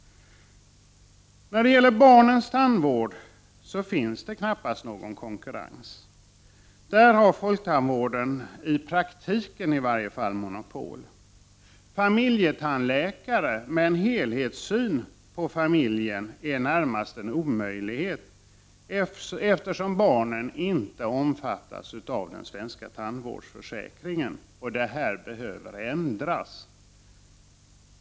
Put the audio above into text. När det gäller barnens tandvård finns det knappast någon konkurrens. Där har folktandvården i varje fall i praktiken monopol. Familjetandläkare med en helhetssyn på familjen är närmast en omöjlighet, eftersom barnen inte omfattas av den svenska tandvårdsförsäkringen. Detta behöver ändras.